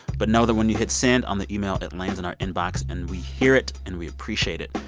but know that when you hit send on the email, it lands in our inbox. and we hear it, and we appreciate it.